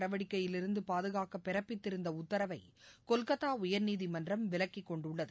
நடவடிக்கையிலிருந்து பாதுகாக்க பிறப்பித்திருந்த உத்தரவை கொல்கத்தா உயர்நீதிமன்றம் விலக்கி கொண்டுள்ளது